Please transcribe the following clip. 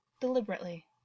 deliberately